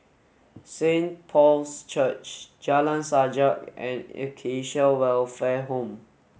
Saint Paul's Church Jalan Sajak and Acacia Welfare Home